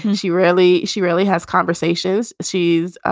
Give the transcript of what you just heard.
she really she really has conversations she's